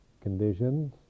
conditions